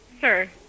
Sir